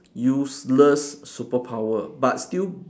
useless superpower but still